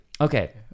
Okay